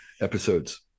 episodes